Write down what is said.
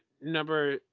number